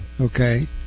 Okay